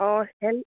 অঁ সেন